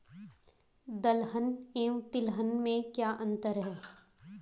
दलहन एवं तिलहन में क्या अंतर है?